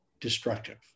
destructive